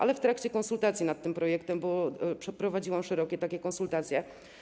Ale w trakcie konsultacji nad tym projektem przeprowadziłam szerokie konsultacje.